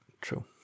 true